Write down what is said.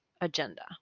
agenda